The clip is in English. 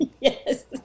yes